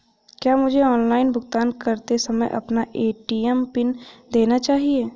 क्या मुझे ऑनलाइन भुगतान करते समय अपना ए.टी.एम पिन देना चाहिए?